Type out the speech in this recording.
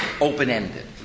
open-ended